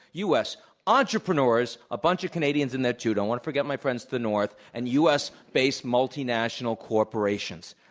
u. s. entrepreneurs a bunch of canadians in there, too, don't want to forget my friends to the north and u. s. based multinational corporations.